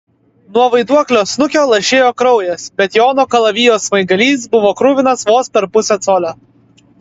nuo vaiduoklio snukio lašėjo kraujas bet jono kalavijo smaigalys buvo kruvinas vos per pusę colio